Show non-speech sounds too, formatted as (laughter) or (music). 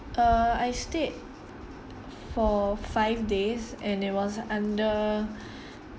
uh I stayed for five days and it was under (breath)